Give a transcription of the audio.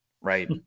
Right